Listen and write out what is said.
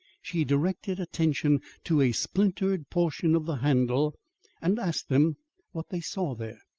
she directed attention to a splintered portion of the handle and asked them what they saw there.